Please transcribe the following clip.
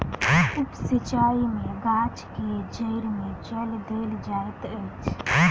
उप सिचाई में गाछ के जइड़ में जल देल जाइत अछि